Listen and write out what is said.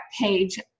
page